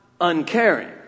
Uncaring